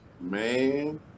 Man